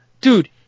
Dude